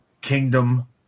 Kingdom